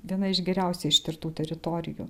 viena iš geriausiai ištirtų teritorijų